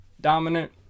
dominant